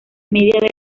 media